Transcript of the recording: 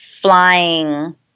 Flying